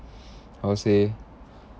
I would say